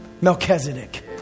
Melchizedek